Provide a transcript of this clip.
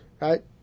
right